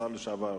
השר לשעבר,